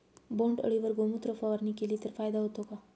बोंडअळीवर गोमूत्र फवारणी केली तर फायदा होतो का?